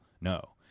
No